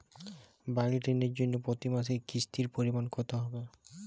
বাড়ীর ঋণের জন্য প্রতি মাসের কিস্তির পরিমাণ কত হবে?